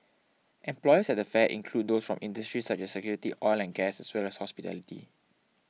employers at the fair include those from industries such as security oil and gas as well as hospitality